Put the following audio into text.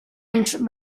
ens